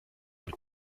mit